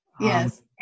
yes